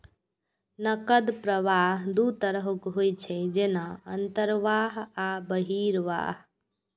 नकद प्रवाह दू तरहक होइ छै, जेना अंतर्वाह आ बहिर्वाह